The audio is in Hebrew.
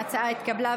ההצעה התקבלה,